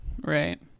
Right